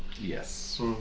Yes